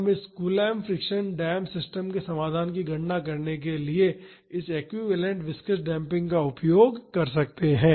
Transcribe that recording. हम इस Coulomb friction damped system के समाधान की गणना करने के लिए इस एक्विवैलेन्ट विस्कॉस डेम्पिंग का उपयोग कर सकते हैं